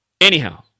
Anyhow